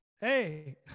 Hey